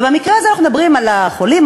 ובמקרה הזה אנחנו מדברים על החולים,